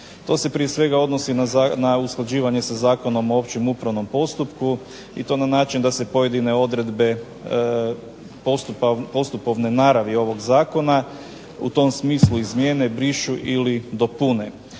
To se prije svega odnosi na usklađivanje sa Zakonom o općem upravnom postupku i to na način da se pojedine odredbe postupovne naravi ovog zakona u tom smislu izmijene, brišu ili dopune.